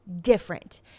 different